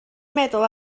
meddwl